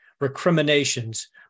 recriminations